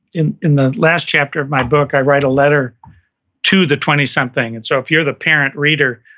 in in the last chapter of my book, i write a letter to the twenty something. and so, if you're the parent reader,